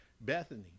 Bethany